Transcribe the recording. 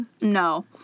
No